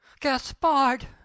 Gaspard